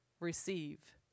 Receive